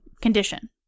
condition